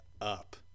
up